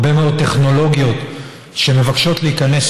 הרבה מאוד טכנולוגיות שמבקשות להיכנס